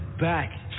back